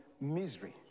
misery